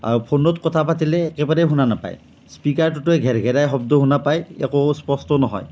ফোনত কথা পাতিলে একেবাৰে শুনা নাপায় স্পিকাৰটোতো ঘেৰঘেৰাই শব্দ শুনা পাই একো স্পষ্ট নহয়